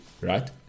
right